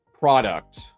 product